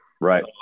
Right